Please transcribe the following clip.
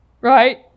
right